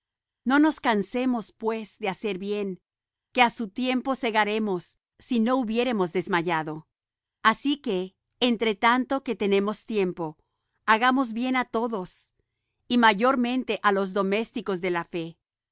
no nos cansemos pues de hacer bien que á su tiempo segaremos si no hubiéremos desmayado así que entre tanto que tenemos tiempo hagamos bien á todos y mayormente á los domésticos de la fe